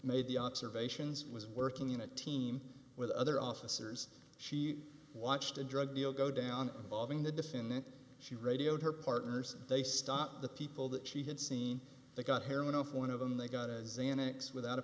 made the observations was working in a team with other officers she watched a drug deal go down valving the defendant she radioed her partners they stopped the people that she had seen they got heroin off one of them they got a xanax without a